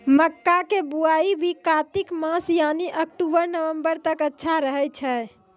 मक्का के बुआई भी कातिक मास यानी अक्टूबर नवंबर तक अच्छा रहय छै